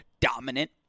dominant